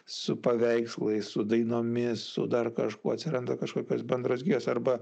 su paveikslais su dainomis su dar kažkuo atsiranda kažkokios bendros gijos arba